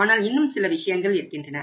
ஆனால் இன்னும் சில விஷயங்கள் இருக்கின்றன